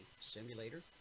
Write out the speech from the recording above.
simulator